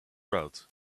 road